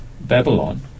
Babylon